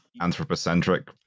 anthropocentric